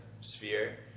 sphere